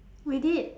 we did